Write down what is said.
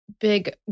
big